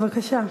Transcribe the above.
בבקשה.